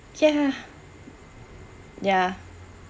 ya ya